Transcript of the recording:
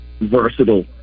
versatile